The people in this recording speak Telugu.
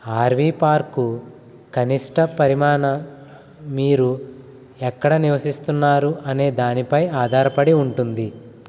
ఆర్వి పార్కు కనిష్ఠ పరిమాణ మీరు ఎక్కడ నివసిస్తున్నారు అనే దానిపై ఆధారపడి ఉంటుంది